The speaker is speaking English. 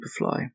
superfly